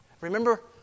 Remember